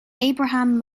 abraham